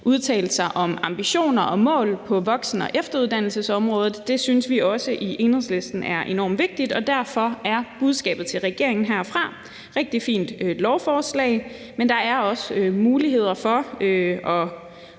udtalte sig om ambitioner og mål på voksen- og efteruddannelsesområdet. Det synes vi også i Enhedslisten er enormt vigtigt, og derfor er budskabet til regeringen herfra: Det er et rigtig fint lovforslag, men der er også muligheder for,